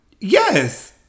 yes